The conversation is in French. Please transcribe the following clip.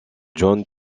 john